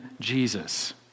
Jesus